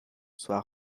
soit